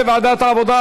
לוועדת העבודה,